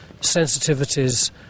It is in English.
sensitivities